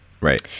Right